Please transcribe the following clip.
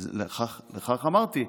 כך אמרתי.